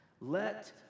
Let